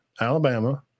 Alabama